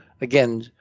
again